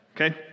Okay